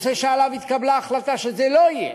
נושא שהתקבלה בו החלטה שזה לא יהיה.